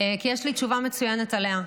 כי יש לי תשובה מצוינת עליה.